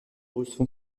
nombreuses